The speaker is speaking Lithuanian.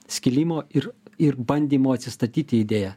skilimo ir ir bandymo atsistatyti idėja